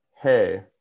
Hey